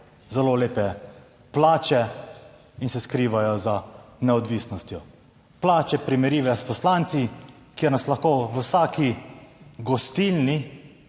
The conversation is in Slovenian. zelo lepe plače in se skrivajo za neodvisnostjo. Plače primerljive s poslanci, kjer nas lahko v vsaki gostilni